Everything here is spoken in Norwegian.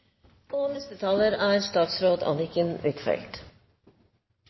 med. Neste taler er